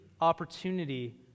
opportunity